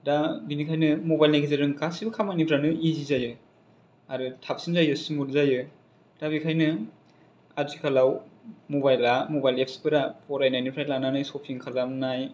दा बिनिखायनो मबाइलनि गेजेरजों गासैबो खामानिफ्रानो इजि जायो आरो थाबसिन जायो स्मुथ जायो दा बेखायनो आथिखालाव मबाइल एफ्सफोरा फरायनायनिफ्राय लानानै सफिं खालामनाय